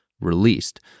released